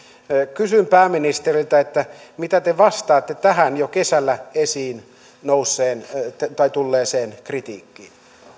kysyn pääministeriltä mitä te vastaatte tähän jo kesällä esiin tulleeseen kritiikkiin